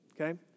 okay